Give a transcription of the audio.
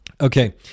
Okay